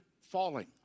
falling